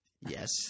Yes